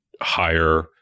higher